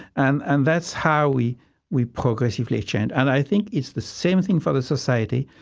and and that's how we we progressively change and i think it's the same thing for the society.